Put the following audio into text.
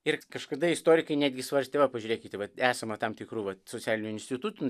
ir kažkada istorikai netgi svarstė va pažiūrėkite vat esama tam tikrų socialinių institutų